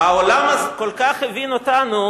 העולם אז כל כך הבין אותנו,